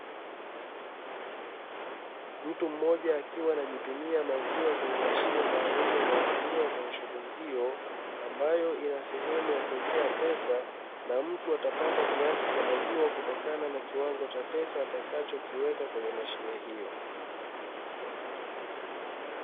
Mtu mmoja akiwa anajipimia maziwa kwenye mashine maalumu inayotumia kwenye shughuli hiyo, ambayo ina sehemu ya kuwekea pesa na mtu atapata kiasi cha maziwa kutokana na kiwango cha pesa atakachokiweka kwenye mashine hiyo.